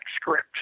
script